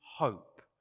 hope